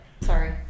Sorry